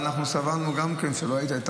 בוא נגיד שעד עכשיו זה כואב לי.